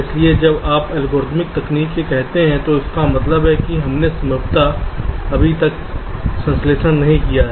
इसलिए जब आप एल्गोरिथ्मिक तकनीक कहते हैं तो इसका मतलब है कि हमने संभवतः अभी तक संश्लेषण नहीं किया है